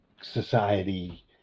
society